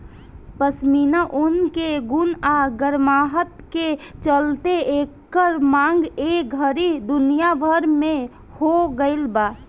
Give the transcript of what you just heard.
पश्मीना ऊन के गुण आ गरमाहट के चलते एकर मांग ए घड़ी दुनिया भर में हो गइल बा